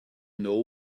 know